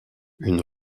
une